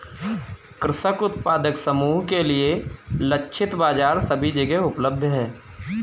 कृषक उत्पादक समूह के लिए लक्षित बाजार सभी जगह उपलब्ध है